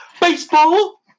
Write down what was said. baseball